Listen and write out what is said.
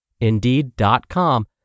Indeed.com